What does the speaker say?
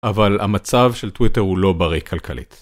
אבל המצב של טוויטר הוא לא בריא כלכלית.